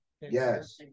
Yes